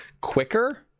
quicker